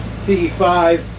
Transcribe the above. CE5